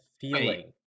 feeling